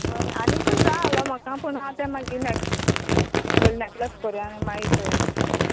बोरें आनीकूय जाय आहलो म्हाका पूण तें मागीर नेक्श्ट पयलीं नेकलेस कोरया आनी मागीर चोया